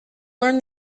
learn